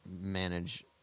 manage